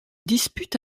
dispute